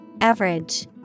Average